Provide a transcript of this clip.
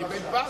(חבר הכנסת מיכאל בן-ארי יוצא מאולם המליאה.) הוא קיבל פס.